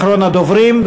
אחרון הדוברים,